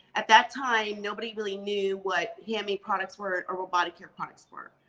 at that time, nobody really knew what hemi products were or robotic care products were.